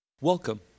Welcome